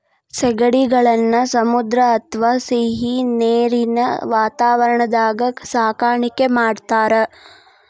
ಸೇಗಡಿಗಳನ್ನ ಸಮುದ್ರ ಅತ್ವಾ ಸಿಹಿನೇರಿನ ವಾತಾವರಣದಾಗ ಸಾಕಾಣಿಕೆ ಮಾಡ್ತಾರ